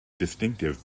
distinctive